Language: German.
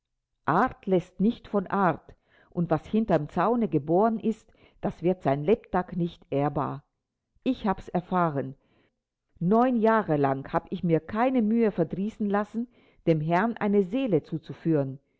art läßt nicht von art und was hinterm zaune geboren ist das wird sein lebtag nicht ehrbar ich hab's erfahren neun jahre lang hab ich mir keine mühe verdrießen lassen dem herrn eine seele zuzuführen